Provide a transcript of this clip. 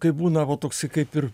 kai būna va toksai kaip ir